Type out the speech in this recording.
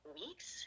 weeks